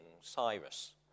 Cyrus